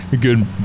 good